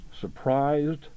surprised